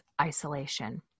isolation